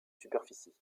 superficie